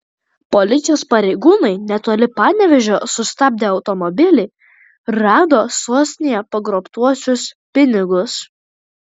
policijos pareigūnai netoli panevėžio sustabdę automobilį rado sostinėje pagrobtuosius pinigus